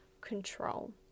control